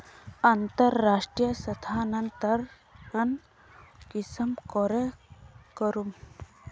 अंतर्राष्टीय स्थानंतरण कुंसम करे करूम?